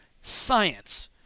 science